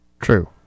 True